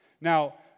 Now